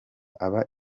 aba